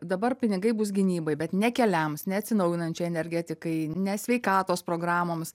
dabar pinigai bus gynybai bet ne keliams ne atsinaujinančiai energetikai ne sveikatos programoms